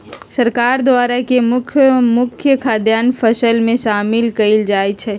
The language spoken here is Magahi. सरकार द्वारा के मुख्य मुख्य खाद्यान्न फसल में शामिल कएल जाइ छइ